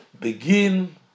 Begin